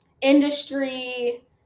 industry